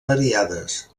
variades